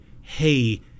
hey